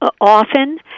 often